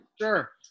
Sure